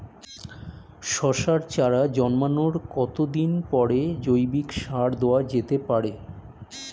শশার চারা জন্মানোর কতদিন পরে জৈবিক সার দেওয়া যেতে পারে?